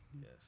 Yes